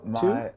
Two